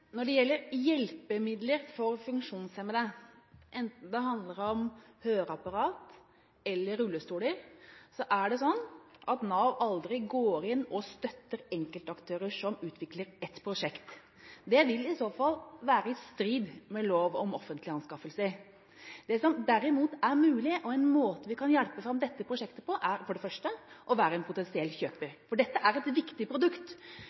Når det gjelder hjelpemidler for funksjonshemmede, enten det handler om høreapparater eller rullestoler, går Nav aldri inn og støtter enkeltaktører som utvikler ett prosjekt. Det ville i så fall være i strid med lov om offentlige anskaffelser. Det som derimot er mulig, og en måte vi kan hjelpe fram dette prosjektet på, er å være en potensiell kjøper, for dette er et viktig produkt.